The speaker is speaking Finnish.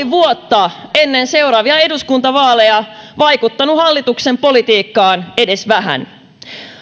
vuotta ennen seuraavia eduskuntavaaleja vaikuttanut hallituksen politiikkaan edes vähän